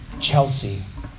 Chelsea